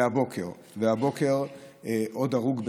והבוקר עוד הרוג,